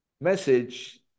message